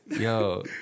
Yo